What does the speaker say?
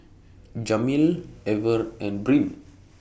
Jameel Ever and Brynn